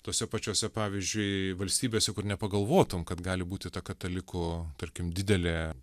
tose pačiose pavyzdžiui valstybėse kur nepagalvotum kad gali būti ta katalikų tarkim didelė